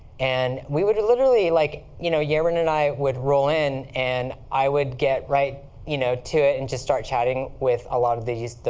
and we would literally like you know ye rin and i would roll in, and i would get right you know to it and just start chatting with a lot of these,